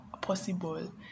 possible